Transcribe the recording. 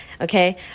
okay